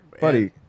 buddy